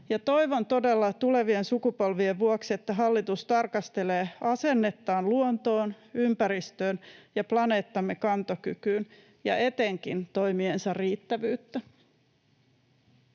Toivon todella tulevien sukupolvien vuoksi, että hallitus tarkastelee asennettaan luontoon, ympäristöön ja planeettamme kantokykyyn ja etenkin toimiensa riittävyyttä.